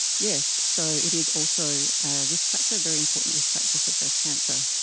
yes, so it is also a risk factor, a very important risk factor for breast cancer.